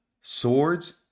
swords